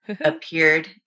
appeared